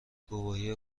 گواهی